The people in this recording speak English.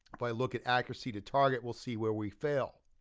if i look at accuracy to target we'll see where we fail.